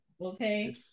okay